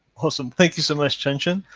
awesome, thank you so much chin chin.